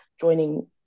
joining